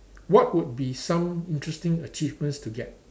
what would be some interesting achievements to get